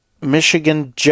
Michigan